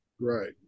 Right